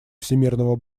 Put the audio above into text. всемирного